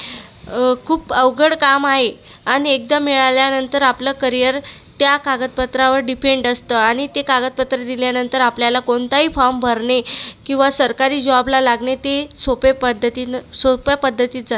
खूप अवघड काम आहे आणि एकदा मिळाल्यानंतर आपलं करियर त्या कागदपत्रावर डिपेंड असतं आणि ते कागदपत्रं दिल्यानंतर आपल्याला कोणताही फॉर्म भरणे किंवा सरकारी जॉबला लागणे ते सोप्या पद्धतीनं सोप्या पद्धतीत जाते